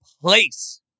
place